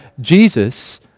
Jesus